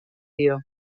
dio